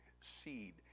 seed